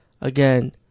again